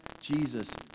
Jesus